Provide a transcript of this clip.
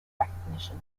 recognition